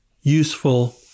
useful